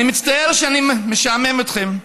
אני מצטער שאני משעמם אתכם,